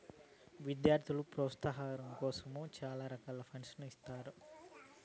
విద్యార్థుల ప్రోత్సాహాం కోసం చాలా రకాల ఫండ్స్ ఇత్తుంటారు